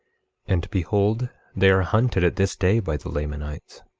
and behold they are hunted at this day by the lamanites.